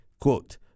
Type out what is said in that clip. quote